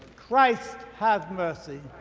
christ have mercy.